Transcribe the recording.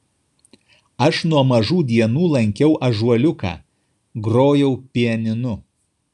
aš nuo mažų dienų lankiau ąžuoliuką grojau pianinu